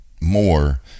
more